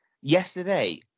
Yesterday